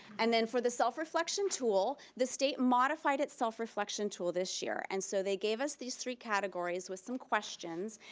and then for the self reflection tool the state modified its self reflection tool this year and so they gave us these three categories with some questions,